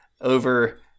over